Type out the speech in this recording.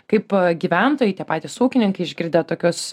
kaip gyventojai tie patys ūkininkai išgirdę tokius